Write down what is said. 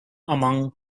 among